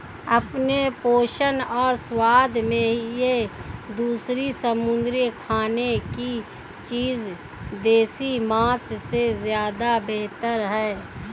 अपने पोषण और स्वाद में ये दूसरी समुद्री खाने की चीजें देसी मांस से ज्यादा बेहतर है